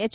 H